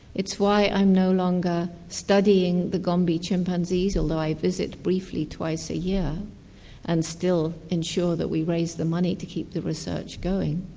it's why i'm no longer studying the gombe chimpanzees, although i visit briefly twice a year yeah and still ensure that we raise the money to keep the research going,